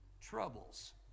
troubles